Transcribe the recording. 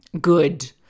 good